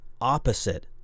opposite